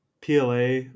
PLA